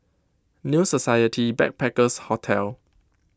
New Society Backpackers' Hotel